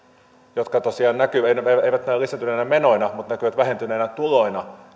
jotka tosiaan eivät eivät näy lisääntyvinä menoina mutta näkyvät vähentyneinä tuloina